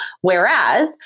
Whereas